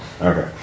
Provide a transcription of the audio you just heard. Okay